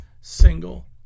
single